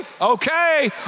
okay